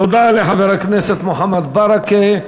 תודה לחבר הכנסת מוחמד ברכה.